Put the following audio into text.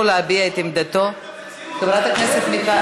ככה הוצע בחוק.